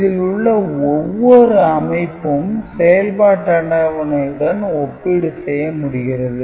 இதில் உள்ள ஒவ்வொரு அமைப்பும் செயல்பாட்டு அட்டவணையுடன் ஒப்பீடு செய்ய முடிகிறது